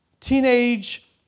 teenage